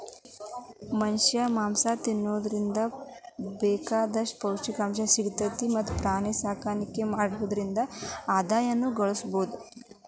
ಮನಷ್ಯಾ ಮಾಂಸ ತಿನ್ನೋದ್ರಿಂದ ಬೇಕಾದಂತ ಪೌಷ್ಟಿಕಾಂಶನು ಸಿಗ್ತೇತಿ ಮತ್ತ್ ಪ್ರಾಣಿಸಾಕಾಣಿಕೆ ಮಾಡೋದ್ರಿಂದ ಆದಾಯನು ಗಳಸಬಹುದು